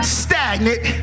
stagnant